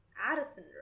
addison